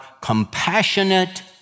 compassionate